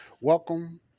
Welcome